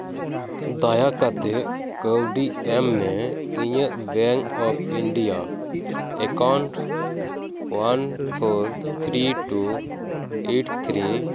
ᱫᱟᱭᱟᱠᱟᱛᱮ ᱠᱟᱹᱣᱰᱤ ᱮᱢ ᱢᱮ ᱤᱧᱟᱹᱜ bank of India account one four three two eight three